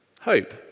hope